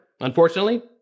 Unfortunately